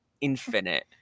infinite